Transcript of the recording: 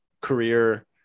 career